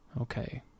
Okay